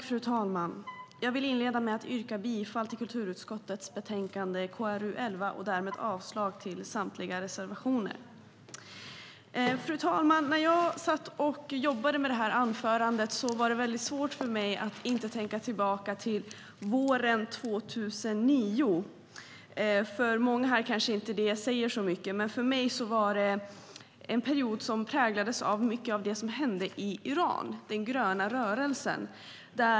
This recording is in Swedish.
Fru talman! Jag inleder med att yrka bifall till kulturutskottets förslag i betänkande KrU11 och avslag på samtliga reservationer. Fru talman! När jag skrev mitt anförande var det svårt att inte tänka tillbaka till våren 2009. För många var det kanske ingen speciell tid, men för mig präglades den av det som hände i Iran med den gröna rörelsen.